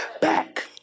back